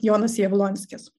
jonas jablonskis